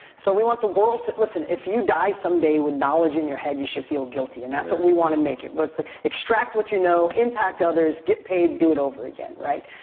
so we want the world, listen, if you die someday with knowledge in your head, you should feel guilty and that's what we want to make it. let's extract what you know, impact others, get paid, do it over again, right?